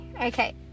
okay